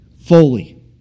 fully